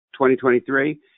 2023